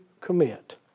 commit